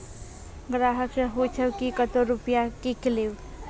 ग्राहक से पूछब की कतो रुपिया किकलेब?